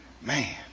Man